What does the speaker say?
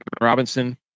Robinson